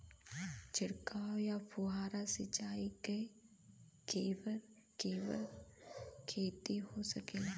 छिड़काव या फुहारा सिंचाई से केकर केकर खेती हो सकेला?